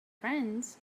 friends